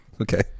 Okay